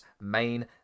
main